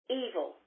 evil